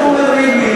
חבר הכנסת רובי ריבלין,